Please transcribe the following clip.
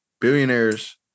Billionaires